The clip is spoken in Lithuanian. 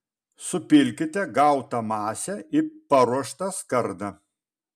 supilkite gautą masę į paruoštą skardą